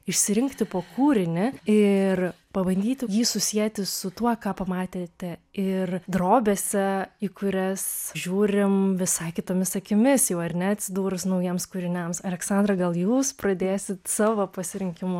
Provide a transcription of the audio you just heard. išsirinkti po kūrinį ir pabandyti jį susieti su tuo ką pamatėte ir drobėse į kurias žiūrim visai kitomis akimis jau ar ne atsidūrus naujiems kūriniams aleksandra gal jūs pradėsit savo pasirinkimu